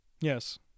Yes